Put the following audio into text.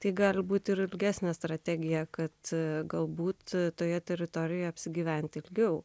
tai gali būti ir ilgesnė strategija kad galbūt toje teritorijoje apsigyventi ilgiau